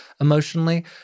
emotionally